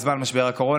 בזמן משבר הקורונה.